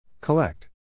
Collect